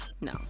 No